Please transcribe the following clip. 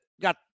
got